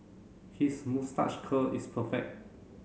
his moustache curl is perfect